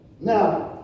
Now